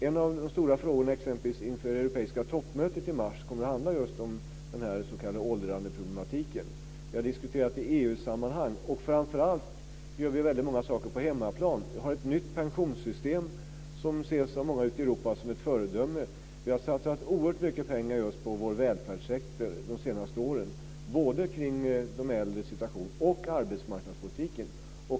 En av de stora frågorna exempelvis inför det europeiska toppmötet i mars kommer att handla om den s.k. åldrandeproblematiken. Vi har diskuterat det i EU-sammanhang. Framför allt gör vi många saker på hemmaplan. Vi har ett nytt pensionssystem som av många ute i Europa ses som ett föredöme. Vi har satsat oerhört mycket pengar på vår välfärdssektor de senaste åren när det gäller både de äldres situation och arbetsmarknadspolitiken.